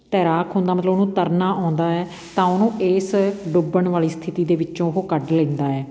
ਤੈਰਾਕ ਹੁੰਦਾ ਮਤਲਬ ਉਹਨੂੰ ਤੈਰਨਾ ਆਉਂਦਾ ਹੈ ਤਾਂ ਉਹਨੂੰ ਇਸ ਡੁੱਬਣ ਵਾਲੀ ਸਥਿਤੀ ਦੇ ਵਿੱਚੋਂ ਉਹ ਕੱਢ ਲੈਂਦਾ ਹੈ